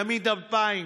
ימית 2000,